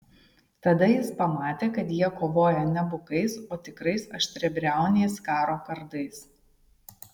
tada jis pamatė kad jie kovoja ne bukais o tikrais aštriabriauniais karo kardais